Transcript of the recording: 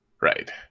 Right